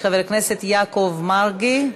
חבר הכנסת יעקב מרגי.